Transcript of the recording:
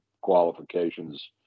qualifications